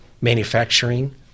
manufacturing